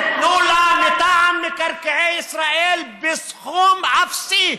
ניתנו לה מטעם מקרקעי ישראל בסכום אפסי.